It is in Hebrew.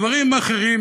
דברים אחרים,